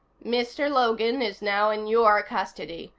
mr. logan is now in your custody.